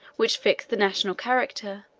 which fixed the national character,